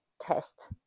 test